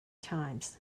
times